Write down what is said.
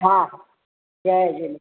हा जय झूले